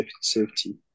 safety